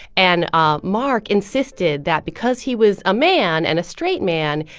and ah mark insisted that because he was a man and a straight man,